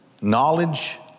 knowledge